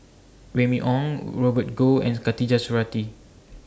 Remy Ong Robert Goh and Khatijah Surattee